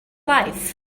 life